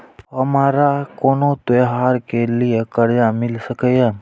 हमारा कोनो त्योहार के लिए कर्जा मिल सकीये?